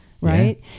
Right